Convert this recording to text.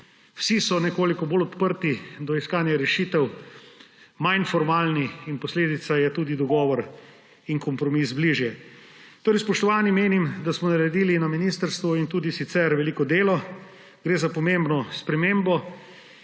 vsi so nekoliko bolj odprti do iskanja rešitev, manj formalni in posledica je tudi, da sta dogovor in kompromis bližje. Spoštovani, menim, da smo naredili na ministrstvu in tudi sicer veliko delo. Gre za pomembno spremembo,